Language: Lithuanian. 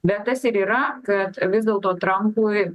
bet tas ir yra kad vis dėlto trampui